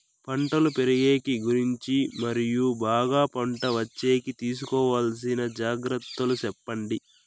పంటలు పెరిగేకి గురించి మరియు బాగా పంట వచ్చేకి తీసుకోవాల్సిన జాగ్రత్త లు సెప్పండి?